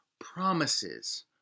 Promises